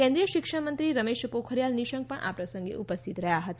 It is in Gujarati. કેન્દ્રીય શિક્ષણમંત્રી રમેશ પોખરીયાલ નિશંક આ પ્રસંગે ઉપસ્થિત રહ્યા હતા